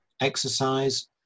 exercise